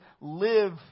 live